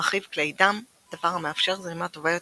מרחיב כלי דם דבר המאפשר זרימה טובה יותר,